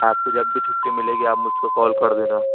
آپ کو جب بھی چھٹی ملے گی آپ مجھ کو کال کر دینا